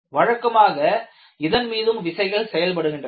வழக்கமாக இதன் மீதும் விசைகள் செயல்படுகின்றன